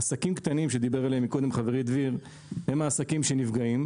עסקים קטנים שדיבר עליהם קודם חברי דביר הם עסקים שנפגעים,